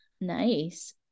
nice